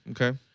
okay